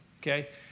okay